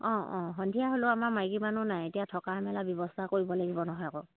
অঁ অঁ সন্ধিয়া হ'লেও আমাৰ মাইকী মানুহ নাই এতিয়া থকা মেলাৰ ব্যৱস্থা কৰিব লাগিব নহয় আকৌ